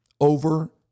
over